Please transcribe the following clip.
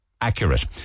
Accurate